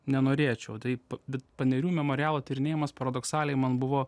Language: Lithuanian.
nenorėčiau tai vat panerių memorialo tyrinėjamas paradoksaliai man buvo